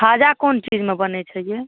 खाजा कोन चीजमे बनै छै अइ